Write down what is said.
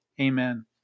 amen